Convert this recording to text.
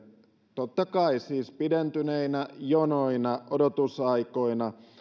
totta kai pidentyneinä jonoina odotusaikoina